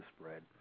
spread